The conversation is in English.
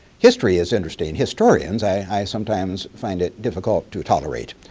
history is interesting. historians, i sometimes find it difficult to tolerate.